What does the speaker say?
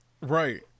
Right